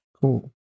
Cool